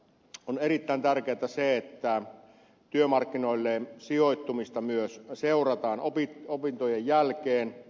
on erittäin tärkeätä että työmarkkinoille sijoittumista myös seurataan opintojen jälkeen